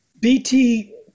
BT